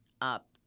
up